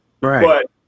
right